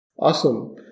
Awesome